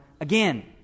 again